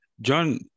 John